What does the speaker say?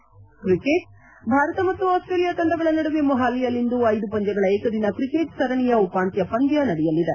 head Bharat ಮತ್ತು Australia ತಂಡಗಳ ನಡುವೆ ಮೊಹಾಲಿಯಲ್ಲಿಂದು ಐದು ಪಂದ್ಲಗಳ ಏಕದಿನ ಕ್ರಿಕೆಟ್ ಸರಣಿಯ ಉಪಾಂತ್ವ ಪಂದ್ಯ ನಡೆಯಲಿದೆ